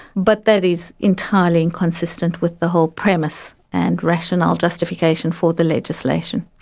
but that is entirely inconsistent with the whole premise and rationale justification for the legislation.